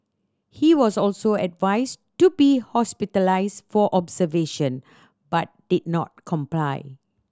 he was also advised to be hospitalised for observation but did not comply